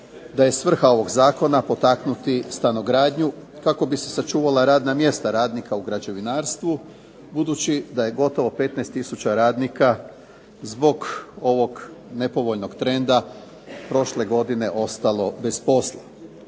da je svrha ovog zakona potaknuti stanogradnju kako bi se sačuvala radna mjesta radnika u građevinarstvu, budući da je gotovo 15 tisuća radnika zbog ovog nepovoljnog trenda prošle godine ostalo bez posla.